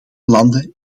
landen